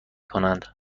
کنند